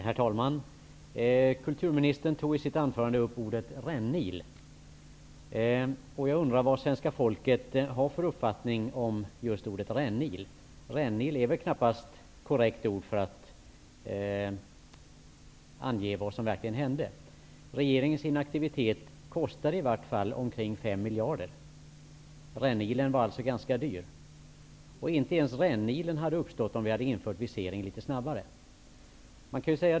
Herr talman! Kulturministern tog i sitt anförande upp ordet rännil. Jag undrar vad svenska folket har för uppfattning om just ordet rännil. Rännil är väl knappast korrekt ord för att ange vad som verkligen hände. Regeringens inaktivitet kostade i vart fall omkring 5 miljarder. Rännilen var alltså ganska dyr. Inte ens rännilen hade uppstått om vi hade infört visering litet snabbare.